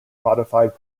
modified